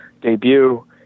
debut